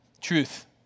truth